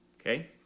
Okay